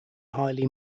highly